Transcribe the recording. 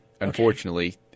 unfortunately